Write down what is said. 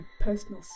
personal